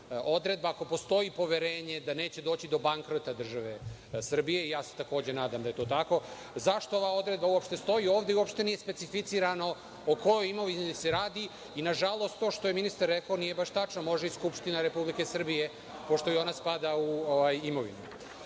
odredba, ako postoji poverenje da neće doći do bankrota države Srbije? I ja se takođe nadam da je to tako. Zašto ova odredba uopšte stoji ovde i uopšte nije specificirano o kojoj imovini se radi i na žalost, to što je ministar rekao nije baš tačno, može i Skupština RS, pošto i ona spada u imovinu. Druga